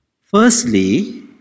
Firstly